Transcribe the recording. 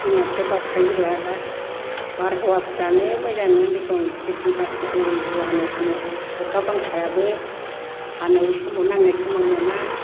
जोंनाथ' बाकसा जिल्ला दा बारहावाफ्रानो मोजां नङा देस' खेति बातिबो जानाय समाव अखा बांखायाबो हानाय समाव नांनाय समाव मोना